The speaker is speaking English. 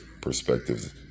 perspectives